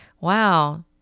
Wow